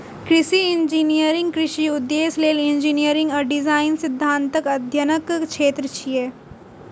कृषि इंजीनियरिंग कृषि उद्देश्य लेल इंजीनियरिंग आ डिजाइन सिद्धांतक अध्ययनक क्षेत्र छियै